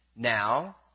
Now